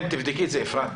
תבדקי את זה אפרת.